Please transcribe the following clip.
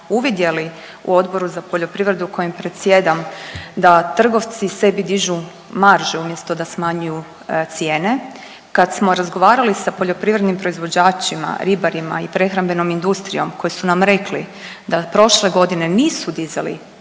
uvidjeli u Odboru za poljoprivredu kojim predsjedam da trgovci sebi dižu marže umjesto da smanjuju cijene, kad smo razgovarali sa poljoprivrednim proizvođačima, ribarima i prehrambenom industrijom koji su nam rekli da prošle godine nisu dizali